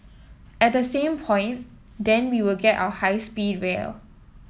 at the same point then we will get our high speed rail